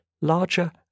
larger